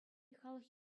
халӑх